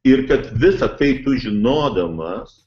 ir kad visa tai tu žinodamas